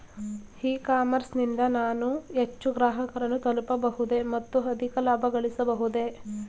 E commerce ನಿಂದ ನಾನು ಹೆಚ್ಚು ಗ್ರಾಹಕರನ್ನು ತಲುಪಬಹುದೇ ಮತ್ತು ಅಧಿಕ ಲಾಭಗಳಿಸಬಹುದೇ?